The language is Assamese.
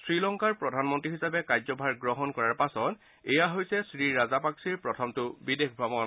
শ্ৰীলংকাৰ প্ৰধানমন্ত্ৰী হিচাপে কাৰ্যভাৰ গ্ৰহণ কৰাৰ পাছত এয়া হৈছে শ্ৰীৰাজাপাকছেৰ প্ৰথমটো বিদেশ ভ্ৰমণ